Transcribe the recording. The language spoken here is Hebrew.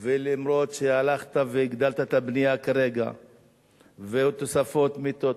ואף-על-פי שהלכת והגדלת את הבנייה כרגע ועוד תוספות מיטות,